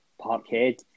Parkhead